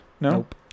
Nope